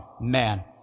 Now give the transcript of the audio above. man